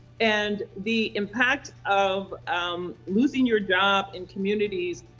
and the impact of losing your job in communities,